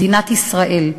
מדינת ישראל.